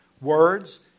words